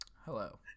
hello